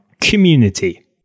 community